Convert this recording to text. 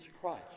christ